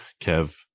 Kev